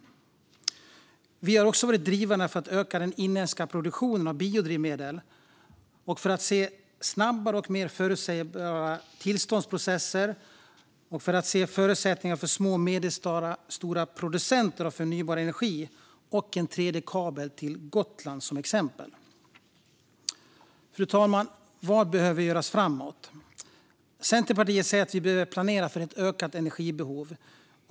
Vi har också varit drivande för att öka den inhemska produktionen av biodrivmedel, för snabbare och mer förutsägbara tillståndsprocesser, för förbättrade förutsättningar för små och medelstora producenter av förnybar energi och för en tredje kabel till Gotland, som exempel. Fru talman! Vad behöver göras framåt? Centerpartiet säger att vi behöver planera för ett ökat energibehov.